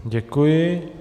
Děkuji.